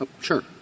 Sure